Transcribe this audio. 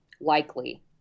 likely